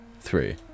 three